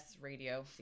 radio